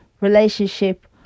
relationship